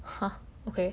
!huh! okay